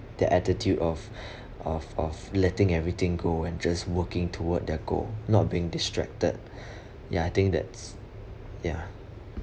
the attitude of of of letting everything go and just working toward their goal not being distracted ya I think that's ya